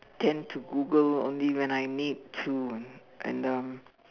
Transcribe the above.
tend to Google only when I need to and um